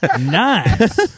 Nice